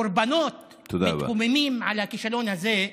הקורבנות מתקוממים על הכישלון הזה,